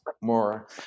more